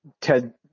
Ted